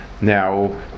Now